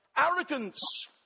arrogance